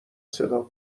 صدا